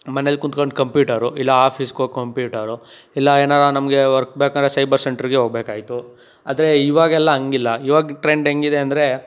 ಮನೇಲಿ ಕುಂತ್ಕಂಡು ಕಂಪ್ಯೂಟರು ಇಲ್ಲ ಆಫೀಸ್ಗೆ ಹೋಗಿ ಕಂಪ್ಯೂಟರು ಇಲ್ಲ ಏನಾರ ನಮಗೆ ವರ್ಕ್ ಬೇಕಂದರೆ ಸೈಬರ್ ಸೆಂಟರ್ಗೆ ಹೋಗ್ಬೇಕೈತು ಆದರೆ ಇವಾಗೆಲ್ಲ ಹಾಗಿಲ್ಲ ಇವಾಗ ಟ್ರೆಂಡ್ ಹೆಂಗೆ ಇದೆ ಅಂದರೆ